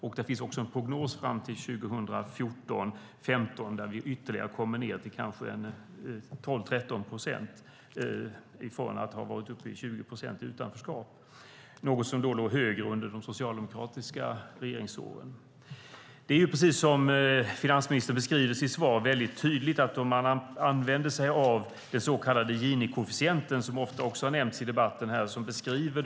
Där finns också en prognos fram till 2014-2015 där vi ytterligare kommer ned till kanske 12-13 procent från att ha varit uppe i 20 procent i utanförskap - något som låg högre under de socialdemokratiska regeringsåren. Det är precis som finansministern tydligt beskriver i sitt svar: Om man använder sig av den så kallade Gini-koefficienten, som ofta har nämnts i debatten här, ligger Sverige bäst till i världen.